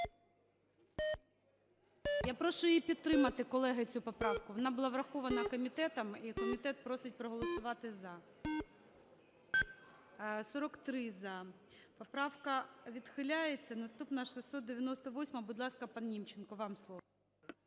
Я прошу її підтримати, колеги, цю поправку. Вона була врахована комітетом, і комітет просить проголосувати "за". 11:54:09 За-43 Поправка відхиляється. Наступна - 698-а. Будь ласка, пан Німченко, вам слово.